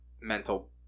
mental